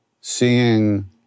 seeing